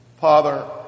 Father